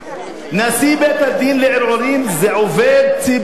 נשיא בית-הדין לערעורים הוא עובד ציבור,